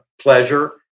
pleasure